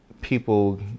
people